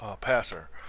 passer